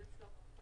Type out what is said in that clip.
זה אצלו.